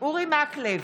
אורי מקלב,